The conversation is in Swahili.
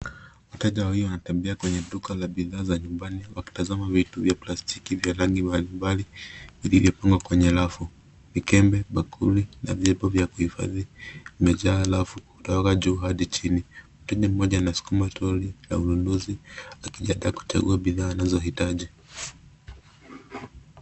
Wateja wawili wanatembea kwenye duka la bidhaa za nyumbani na wakitazama vitu vya plastiki vya rangi mbalimbali iliyopangwa kwenye rafu. Vikebe ,bakuli na vyombo vya kuhifadhi imejaa rafu kutoka juu hadi chini. Mteja mmoja anasukuma[ trolley] ya ununuzi akijiandaa kuchagua bidhaa anazohitaji.